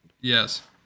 Yes